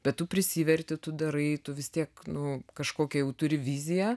bet tu prisiverti tu darai tu vis tiek nu kažkokią jau turi viziją